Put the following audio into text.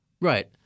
Right